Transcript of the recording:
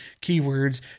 keywords